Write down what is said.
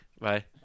Bye